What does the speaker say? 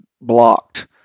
blocked